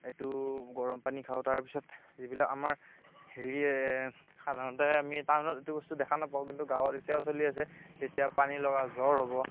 এইটো গৰমপানী খাওঁ তাৰপিছত যিবিলাক আমাৰ হেৰি সাধাৰণতে আমি টাউনত এইটো বস্তু দেখা নাপাওঁ কিন্তু গাঁৱত এতিয়াও চলি আছে যেতিয়া পানীলগা জ্বৰ হ'ব